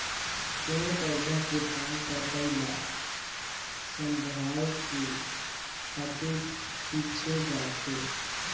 पेड़ पउधा के पान पतई ल संघरायके खातू छिछे जाथे